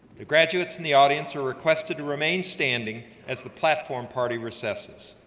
the graduates in the audience are requested to remain standing as the platform party recesses,